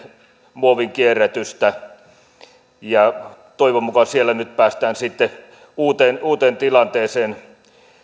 muovin kierrätystä toivon mukaan siellä nyt päästään sitten uuteen uuteen tilanteeseen